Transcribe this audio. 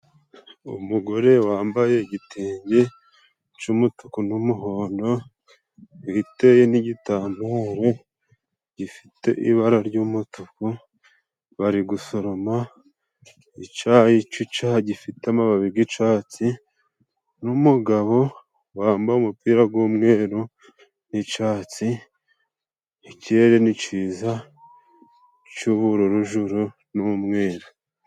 Umugore wambaye igitenge c'umutuku n'umuhondo, witeye n'igitambaro gifite ibara ry'umutuku, bari gusoroma icayi c'icaha, gifite amababi g'icatsi n'umugabo wambaye umupira g'umweru n'icatsi. Ikirere ni ciza c'ubururu juru n'umweru.